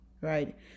right